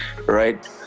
right